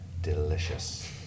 delicious